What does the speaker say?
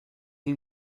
who